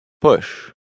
Push